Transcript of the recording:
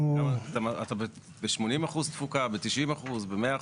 אתה ב-80% תפוקה, ב-90% תפוקה, ב-100%?